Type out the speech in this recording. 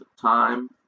time